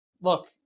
look –